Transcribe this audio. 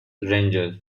rangers